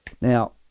Now